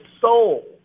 soul